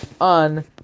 on